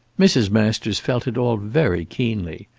mrs. masters felt it all very keenly.